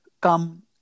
come